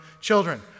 children